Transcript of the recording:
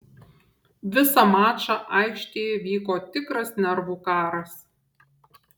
visą mačą aikštėje vyko tikras nervų karas